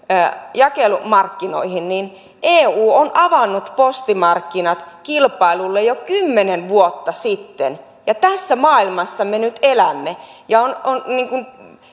jakelumarkkinoihin eu on avannut postimarkkinat kilpailulle jo kymmenen vuotta sitten ja tässä maailmassa me nyt elämme on niin kuin